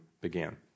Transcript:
began